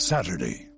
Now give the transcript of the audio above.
Saturday